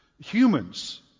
humans